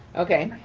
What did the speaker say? okay,